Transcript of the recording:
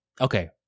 okay